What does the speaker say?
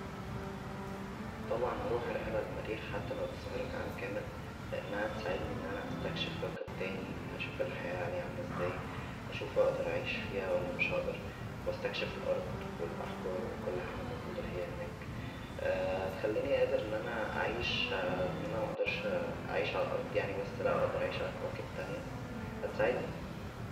طبعا هروح رحله للمريخ حتى لو هتستغرق عام كامل لانها هتساعدنى ان انا استكشف كوكب تانى اشوف الحياه عليه عامله ازاى اشوف اقدر اعيش فيها ولا مش هقدر و استكشف الارض و الاحجار و كل حاجه موجوده فيها هناك هتخلينى قادر ان انا اعيش ان انا مقدرش اعيش عالارض يعنى بس لا اقدر اعيش على كواكب تانيه هتساعدنى